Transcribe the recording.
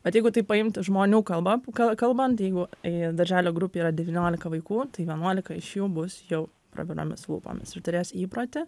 bet jeigu tai paimt žmonių kalba ka kalbant jeigu į darželio grupėj yra devyniolika vaikų tai vienuolika iš jų bus jau praviromis lūpomis ir turės įprotį